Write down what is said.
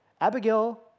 Abigail